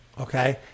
Okay